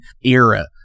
era